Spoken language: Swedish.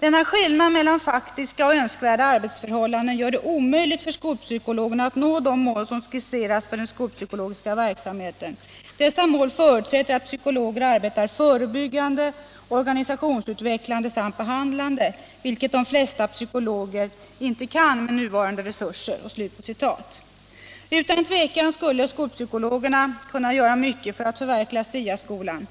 ”Denna skillnad mellan faktiska och önskvärda arbetsförhållanden gör det omöjligt för skolpsykologen att nå de mål som skisserats för den skolpsykologiska verksamheten. Dessa mål förutsätter att psykologer arbetar förebyggande och organisationsutvecklande samt behandlande, vilket de flesta psykologer inte kan med nuvarande resurser.” Utan tvekan skulle skolpsykologerna kunna göra mycket för att för verkliga SIA-skolan.